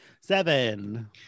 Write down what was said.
Seven